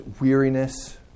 weariness